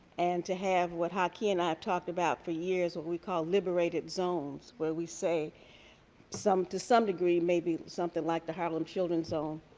and to have what haki and i have talked about for years, what we call liberated zones where we say some to some degree, maybe something like the harlem children's zone,